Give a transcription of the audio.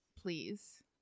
please